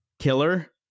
killer